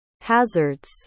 hazards